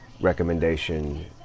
recommendation